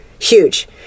huge